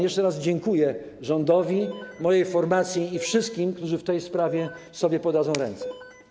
Jeszcze raz dziękuję rządowi, mojej formacji i wszystkim, którzy w tej sprawie sobie podadzą ręce.